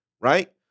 right